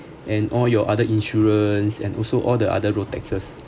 and all your other insurance and also all the other road taxes